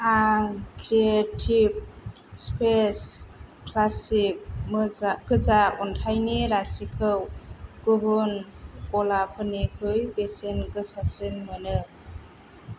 आं creative space classic गोजा अन्थाइनि रासिखौ गुबुन गलाफोरनिख्रुइ बेसेन गोसासिन मोनो